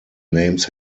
names